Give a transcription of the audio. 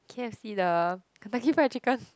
k_F_C the Kentucky Fried Chicken